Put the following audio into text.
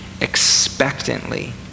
expectantly